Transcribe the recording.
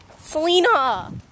Selena